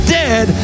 dead